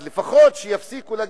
אז לפחות שיפסיקו להגיד: